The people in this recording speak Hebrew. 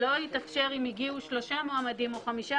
שלא יתאפשר אם הגיעו שלושה או חמישה